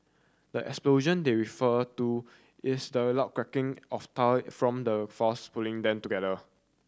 the explosion they're refer to is the loud cracking of tile from the force pulling them together